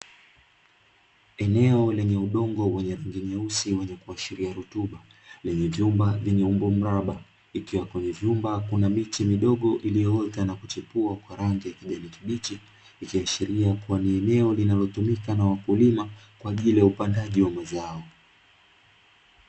Eneo lenye udongo wenye vijinyeusi wenye kuashiria rutuba lenye vyumba vyenye umbo mraba, ikiwa kwenye vyumba kuna miche midogo iliyoota na kuchipua kwa rangi ya kijani kibichi ikiashiria kuwa ni eneo linalotumika na wakulima kwa ajili ya upandaji wa mazao.